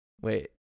wait